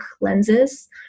lenses